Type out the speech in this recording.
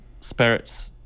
spirits